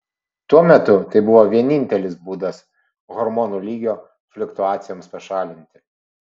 tuo metu tai buvo vienintelis būdas hormonų lygio fliuktuacijoms pašalinti